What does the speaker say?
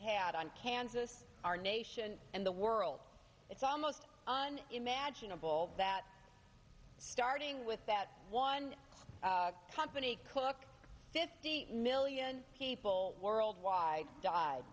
had on kansas our nation and the world it's almost on imaginable that starting with that one company clock fifty million people worldwide died